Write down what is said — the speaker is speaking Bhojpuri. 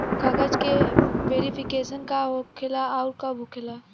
कागज के वेरिफिकेशन का हो खेला आउर कब होखेला?